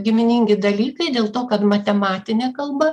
giminingi dalykai dėl to kad matematinė kalba